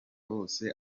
bose